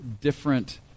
different